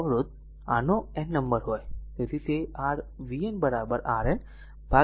અને જો અવરોધ R નો n નંબર હોય